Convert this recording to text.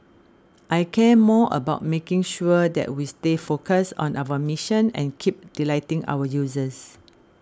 I care more about making sure that we stay focused on our mission and keep delighting our users